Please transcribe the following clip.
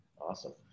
Awesome